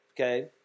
Okay